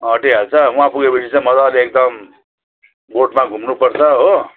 अटिहाल्छ वहाँ पुगेपछि चाहिँ मजाले एकदम बोटमा घुम्नुपर्छ हो